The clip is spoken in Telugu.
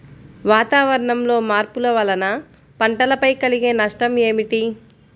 వాతావరణంలో మార్పుల వలన పంటలపై కలిగే నష్టం ఏమిటీ?